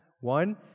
one